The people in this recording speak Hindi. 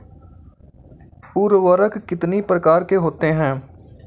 उर्वरक कितनी प्रकार के होते हैं?